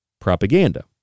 propaganda